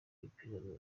ipiganwa